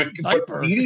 diaper